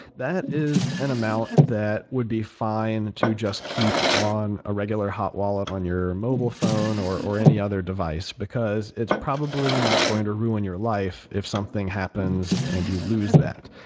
that is an amount that would be fine to just keep on a regular hot wallet on your mobile phone or or any other device, because it's probably not going to ruin your life if something happens and you lose that.